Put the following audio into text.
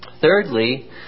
Thirdly